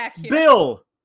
Bill